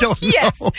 Yes